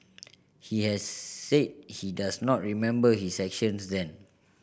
he had said he does not remember his actions then